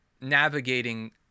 navigating